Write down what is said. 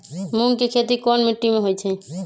मूँग के खेती कौन मीटी मे होईछ?